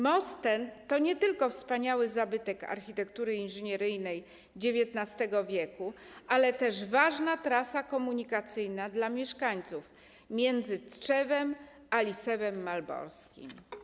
Most ten to nie tylko wspaniały zabytek architektury inżynieryjnej XIX w., ale też ważna trasa komunikacyjna dla mieszkańców między Tczewem a Lisewem Malborskim.